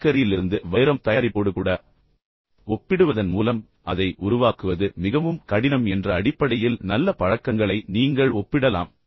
நிலக்கரியிலிருந்து வைரம் தயாரிப்போடு கூட ஒப்பிடுவதன் மூலம் அதை உருவாக்குவது மிகவும் கடினம் என்ற அடிப்படையில் நல்ல பழக்கங்களை நீங்கள் ஒப்பிடலாம்